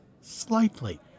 slightly